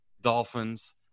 Dolphins